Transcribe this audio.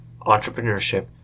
entrepreneurship